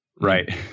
Right